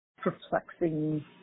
perplexing